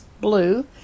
Blue